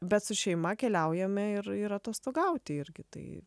bet su šeima keliaujame ir ir atostogauti irgi tai